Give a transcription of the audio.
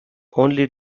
only